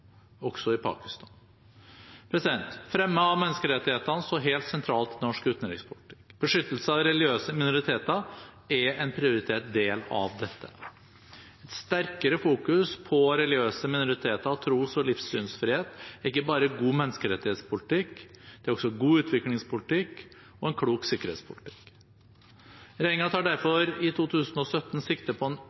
også i Pakistan. Fremme av menneskerettighetene står helt sentralt i norsk utenrikspolitikk. Beskyttelse av religiøse minoriteter er en prioritert del av dette. Et sterkere fokus på religiøse minoriteter og tros- og livssynsfrihet er ikke bare god menneskerettighetspolitikk, det er også god utviklingspolitikk og en klok sikkerhetspolitikk. Regjeringen tar derfor i 2017 sikte på